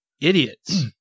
idiots